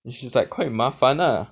which is like quite 麻烦 lah